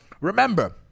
remember